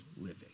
living